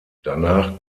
danach